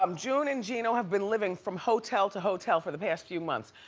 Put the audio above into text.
um june and geno have been living from hotel to hotel for the past few months.